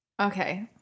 Okay